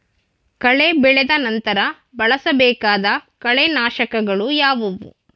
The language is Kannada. ಕಳೆ ಬೆಳೆದ ನಂತರ ಬಳಸಬೇಕಾದ ಕಳೆನಾಶಕಗಳು ಯಾವುವು?